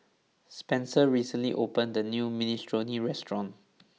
Spencer recently opened the new Minestrone restaurant